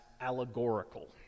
allegorical